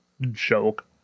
joke